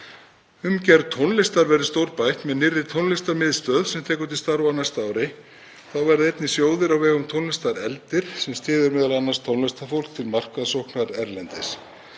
Umgjörð tónlistar verður stórbætt með nýrri tónlistarmiðstöð sem tekur til starfa á næsta ári. Þá verða einnig sjóðir á vegum tónlistar efldir, sem styður m.a. tónlistarfólk til markaðssóknar erlendis.